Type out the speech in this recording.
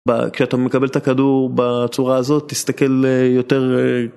כשאתה מקבל את הכדור בצורה הזאת, תסתכל יותר.